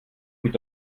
mit